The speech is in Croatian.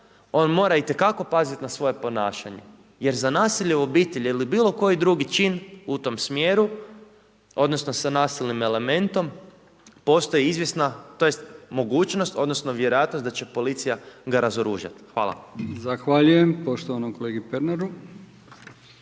on mora itekako paziti na svoje ponašanje. Jer za nasilje u obitelji ili bilo koji drugi čin i u tom smjeru, odnosno, sa nasilnim elementom, postaje izvjesna, tj. mogućnost, odnosno, vjerojatnost da će policija ga razoružati. Hvala. **Brkić, Milijan (HDZ)** Zahvaljujem poštovanom kolegi Pernaru.